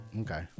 okay